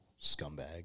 Scumbag